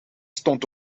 stond